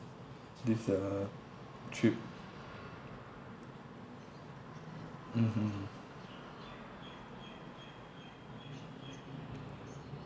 this uh trip mmhmm hmm